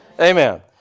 Amen